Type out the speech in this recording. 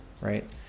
Right